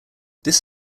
this